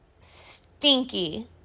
Stinky